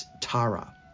Tara